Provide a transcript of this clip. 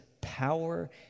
power